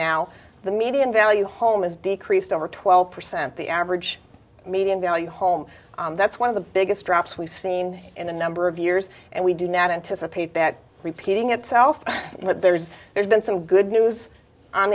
now the median value home is decreased over twelve percent the average median value home that's one of the biggest drops we've seen in a number of years and we do not anticipate that repeating itself but there's there's been some good news on